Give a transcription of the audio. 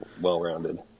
well-rounded